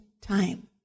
time